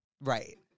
right